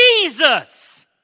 Jesus